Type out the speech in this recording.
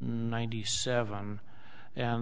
ninety seven and